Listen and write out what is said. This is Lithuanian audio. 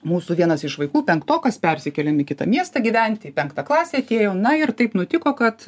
mūsų vienas iš vaikų penktokas persikėlėm į kitą miestą gyvent į penktą klasę atėjom na ir taip nutiko kad